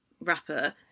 rapper